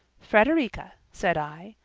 frederica said i,